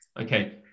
Okay